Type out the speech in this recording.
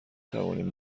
توانیم